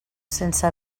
sense